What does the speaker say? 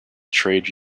trade